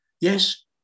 Yes